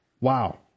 Wow